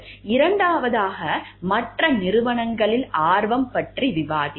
இரண்டாவதாக மற்ற நிறுவனங்களில் ஆர்வம் பற்றி விவாதிப்போம்